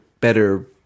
better